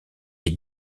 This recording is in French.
est